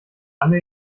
alle